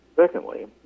Secondly